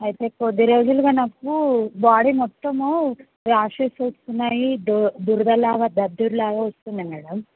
అయితే కొద్దీ రోజులుగా నాకు బాడీ మొత్తము ర్యాషెస్ వస్తున్నాయి దు దురదలాగా దద్దుర్లాగా వస్తున్నాయి మేడమ్